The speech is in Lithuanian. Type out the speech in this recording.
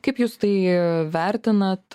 kaip jūs tai vertinat